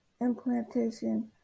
implantation